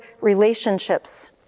relationships